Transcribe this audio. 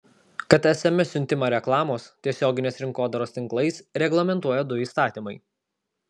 kad sms siuntimą reklamos tiesioginės rinkodaros tinklais reglamentuoja du įstatymai